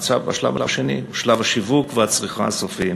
והשלב השני הוא שלב השיווק והצריכה הסופיים